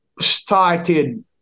started